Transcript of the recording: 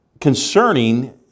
concerning